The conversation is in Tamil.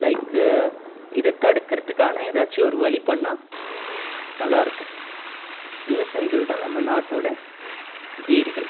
லைக்கு இதை தடுக்கிறதுக்கான ஏதாச்சும் ஒரு வழி பண்ணிணா நல்லாயிருக்கும் விவசாயிகள் தான் நம்ம நாட்டோட வேர்கள்